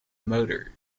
motor